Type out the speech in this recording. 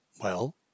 Well